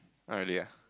oh really ah